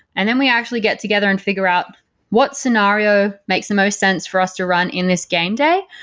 and then we actually get together and figure out what scenario makes the most sense for us to run in this game day?